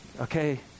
okay